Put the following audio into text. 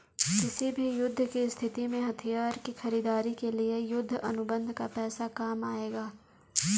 किसी भी युद्ध की स्थिति में हथियार की खरीदारी के लिए युद्ध अनुबंध का पैसा काम आएगा